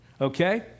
Okay